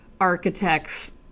architects